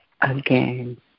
again